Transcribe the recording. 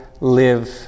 live